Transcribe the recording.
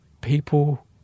people